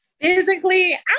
Physically